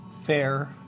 fair